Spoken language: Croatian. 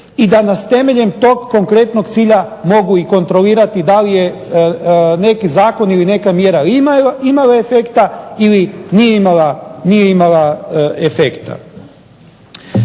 i da nas temeljem tog konkretnog cilja mogu i kontrolirati da li je neki zakon ili neka mjera imala efekta ili nije imala efekta.